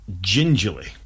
gingerly